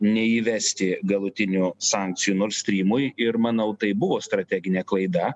neįvesti galutinių sankcijų nordstrymui ir manau tai buvo strateginė klaida